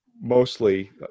mostly